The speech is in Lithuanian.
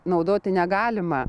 naudoti negalima